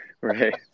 Right